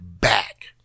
back